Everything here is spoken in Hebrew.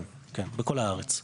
כן, בכל הארץ.